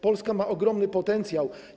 Polska ma ogromny potencjał.